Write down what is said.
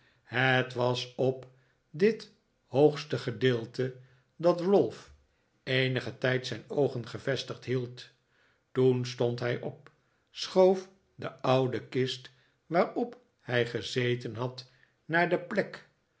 het was op dit hoogste gedeelte dat ralph eenigen tijd zijn oogen gevestigd hield toen stond hij op schoof de oude kist waarop hij gezeten had naar die plek